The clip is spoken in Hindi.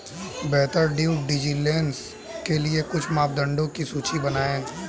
बेहतर ड्यू डिलिजेंस के लिए कुछ मापदंडों की सूची बनाएं?